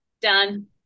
done